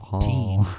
team